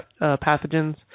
pathogens